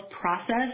process